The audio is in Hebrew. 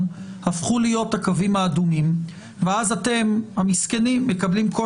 הפכו להיות הקווים האדומים ואז אתם המסכנים מקבלים כל